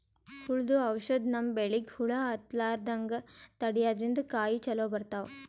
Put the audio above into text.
ಹುಳ್ದು ಔಷಧ್ ನಮ್ಮ್ ಬೆಳಿಗ್ ಹುಳಾ ಹತ್ತಲ್ಲ್ರದಂಗ್ ತಡ್ಯಾದ್ರಿನ್ದ ಕಾಯಿ ಚೊಲೋ ಬರ್ತಾವ್